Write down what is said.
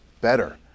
better